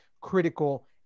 critical